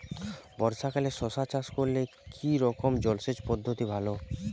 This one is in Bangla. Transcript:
বর্ষাকালে শশা চাষ করলে কি রকম জলসেচ পদ্ধতি ভালো?